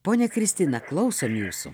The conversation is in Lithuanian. ponia kristina klausom jūsų